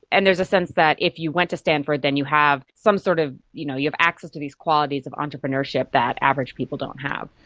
and there's a sense that if you went to stanford then you have some sort of, you know you have access to these qualities of entrepreneurship that average people don't have.